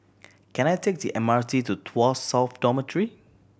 can I take the M R T to Tuas South Dormitory